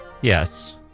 yes